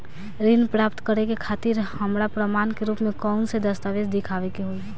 ऋण प्राप्त करे के खातिर हमरा प्रमाण के रूप में कउन से दस्तावेज़ दिखावे के होइ?